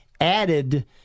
added